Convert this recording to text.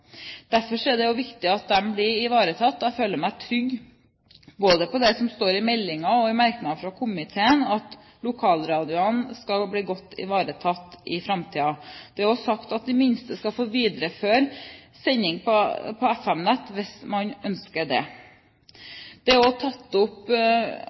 Derfor er det viktig at de blir ivaretatt, og jeg føler meg trygg på det som står i meldingen og i merknaden fra komiteen, at lokalradioene skal bli godt ivaretatt i framtiden. Det er også sagt at de minste skal få videreføre sending på FM-nett, hvis man ønsker